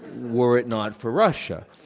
were it not for russia.